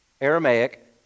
Aramaic